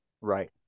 Right